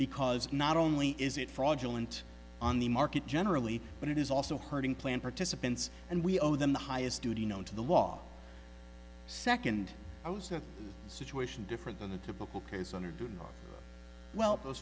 because not only is it fraudulent on the market generally but it is also hurting plan participants and we owe them the highest duty known to the law second i was the situation different than the typical case when you're doing well those